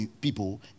people